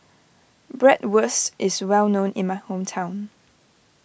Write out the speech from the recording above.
Bratwurst is well known in my hometown